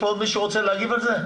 עוד מישהו רוצה להגיב על זה?